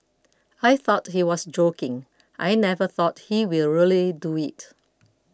I thought he was joking I never thought he will really do it